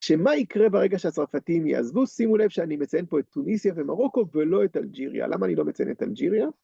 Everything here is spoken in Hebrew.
שמה יקרה ברגע שהצרפתים יעזבו? שימו לב שאני מציין פה את טוניסיה ומרוקו, ולא את אלג'יריה. למה אני לא מציין את אלג'יריה?